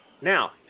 Now